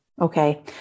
okay